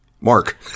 Mark